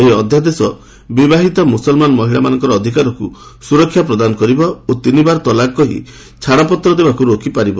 ଏହି ଅଧ୍ୟାଦେଶ ବିବାହିତା ମୁସଲମାନ ମହିଳାମାନଙ୍କ ଅଧିକାରକୁ ସୁରକ୍ଷା ପ୍ରଦାନ କରିବ ଓ ତିନିବାର ତଲାକ କହି ଛାଡ଼ପତ୍ର ଦେବାକୁ ରୋକି ପାରିବ